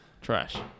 Trash